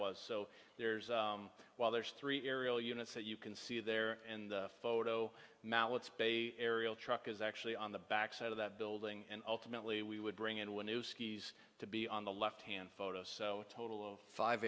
was so there's a while there's three aerial units that you can see there and photo mallet's bay aerial truck is actually on the back side of that building and ultimately we would bring it to a new skis to be on the left hand photo so total of five